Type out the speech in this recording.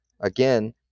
again